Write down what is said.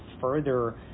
further